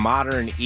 Modern